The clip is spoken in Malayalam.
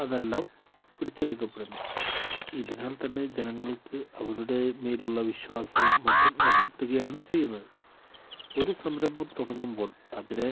അതെല്ലാം പിടിച്ചെടുക്കപ്പെടുന്നു ഇതിനാൽ തന്നെ ജനങ്ങൾക്ക് അവരുടേ മേലെയുള്ള വിശ്വാസവും മറ്റും നഷ്ടപ്പെടുകയാണ് ചെയ്യുന്നത് ഒരു സംരംഭം തുടങ്ങുമ്പോൾ അതിനെ